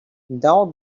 down